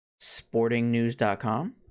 Sportingnews.com